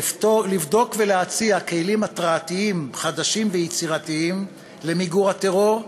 לבדוק ולהציע כלים הרתעתיים חדשים ויצירתיים למיגור הטרור,